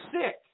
sick